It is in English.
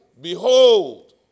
behold